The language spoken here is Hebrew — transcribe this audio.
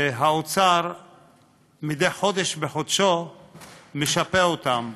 והאוצר מדי חודש בחודשו משפה אותם.